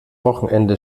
wochenende